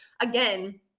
again